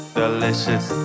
delicious